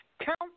count